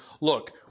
look